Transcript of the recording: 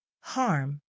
Harm